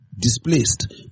Displaced